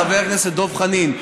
חבר הכנסת דב חנין,